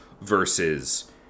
versus